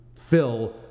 fill